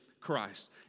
Christ